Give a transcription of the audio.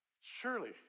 Surely